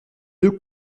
deux